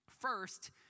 First